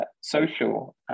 social